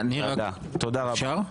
אפשר?